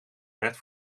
werd